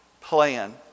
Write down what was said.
plan